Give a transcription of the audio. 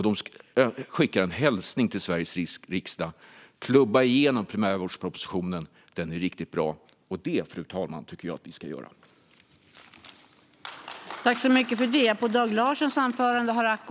De skickar en hälsning till Sveriges riksdag: Klubba igenom primärvårdspropositionen - den är riktigt bra! Det tycker jag att vi ska göra, fru talman.